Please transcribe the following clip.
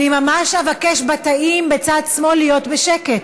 אני ממש אבקש, בתאים בצד שמאל, להיות בשקט.